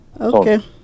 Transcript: Okay